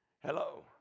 Hello